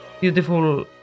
beautiful